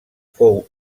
fou